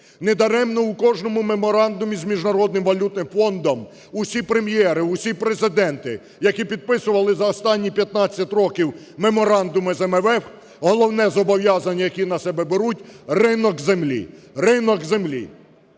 Недаремно в кожному меморандумі з Міжнародним валютним фондом усі прем'єри, усі президенти, які підписували за останні 15 років меморандуми з МВФ, головні зобов'язання, які на себе беруть, – ринок землі. Ринок землі.